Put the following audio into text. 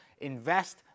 Invest